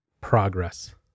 progress